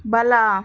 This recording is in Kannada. ಬಲ